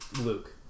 Luke